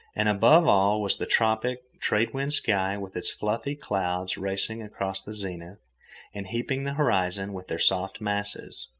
and above all was the tropic, trade-wind sky with its fluffy clouds racing across the zenith and heaping the horizon with their soft masses.